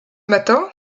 matin